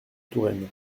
touraine